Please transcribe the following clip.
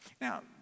Now